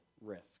risk